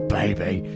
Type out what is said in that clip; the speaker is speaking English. baby